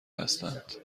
هستند